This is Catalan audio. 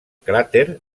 cràter